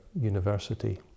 university